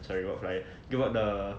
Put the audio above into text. sorry what flyer give out the